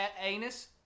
anus